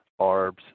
ARBs